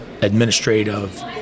administrative